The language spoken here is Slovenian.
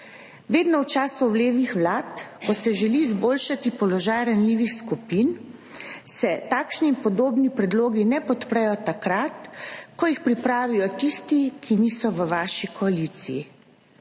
želi v času levih vlad izboljšati položaj ranljivih skupin, se takšni in podobni predlogi ne podprejo takrat, ko jih pripravijo tisti, ki niso v vaši koaliciji.